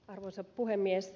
arvoisa puhemies